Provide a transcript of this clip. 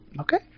okay